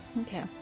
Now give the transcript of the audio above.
Okay